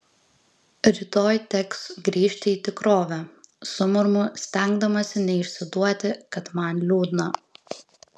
rytoj teks grįžti į tikrovę sumurmu stengdamasi neišsiduoti kad man liūdna